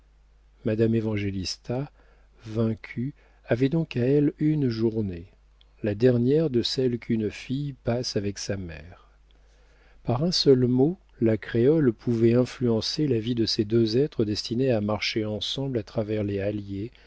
mère madame évangélista vaincue avait donc à elle une journée la dernière de celles qu'une fille passe avec sa mère par un seul mot la créole pouvait influencer la vie de ces deux êtres destinés à marcher ensemble à travers les halliers